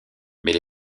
mais